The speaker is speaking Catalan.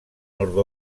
nord